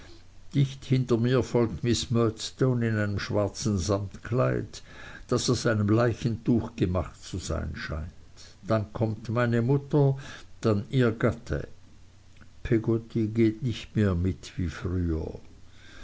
dicht hinter mir folgt miß murdstone in einem schwarzen samtkleid das aus einem leichentuch gemacht zu sein scheint dann kommt meine mutter dann ihr gatte peggotty geht nicht mehr mit wie früher